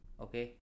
Okay